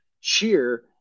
cheer